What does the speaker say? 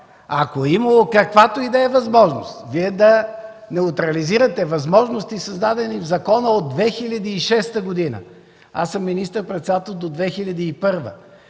Ако е имало каквато и да е възможност Вие да неутрализирате възможности, създадени в закона от 2006 г., аз съм министър-председател до 2001